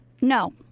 No